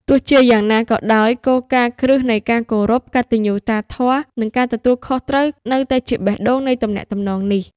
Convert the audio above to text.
ទោះជាយ៉ាងណាក៏ដោយ គោលការណ៍គ្រឹះនៃការគោរព កតញ្ញុតាធម៌ និងការទទួលខុសត្រូវនៅតែជាបេះដូងនៃទំនាក់ទំនងនេះ។